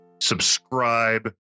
subscribe